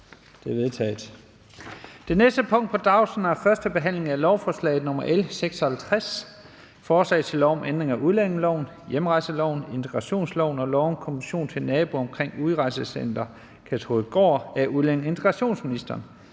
Det er vedtaget. --- Det næste punkt på dagsordenen er: 5) 1. behandling af lovforslag nr. L 56: Forslag til lov om ændring af udlændingeloven, hjemrejseloven, integrationsloven og lov om kompensation til naboer omkring Udrejsecenter Kærshovedgård. (Ændring af regler